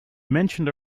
mentioned